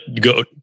go